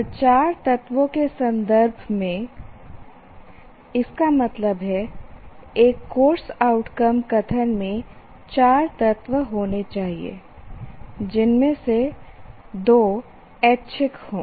और चार तत्वों के संदर्भ में इसका मतलब है एक कोर्स आउटकम कथन में 4 तत्व होने चाहिए जिनमें से दो ऐच्छिक हों